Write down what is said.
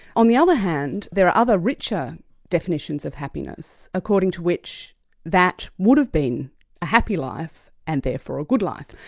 on the other hand, there are other richer definitions of happiness, according to which that would have been a happy life and therefore a good life.